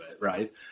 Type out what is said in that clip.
right